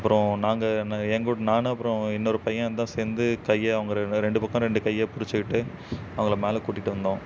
அப்புறம் நாங்கள் என்னை என் கூட நான் அப்புறம் இன்னொரு பையன் தான் சேர்ந்து கையை அவங்க ரெ ரெ ரெண்டு பக்கம் ரெண்டு கையை பிடிச்சிக்கிட்டு அவங்கள மேலேக் கூட்டிகிட்டு வந்தோம்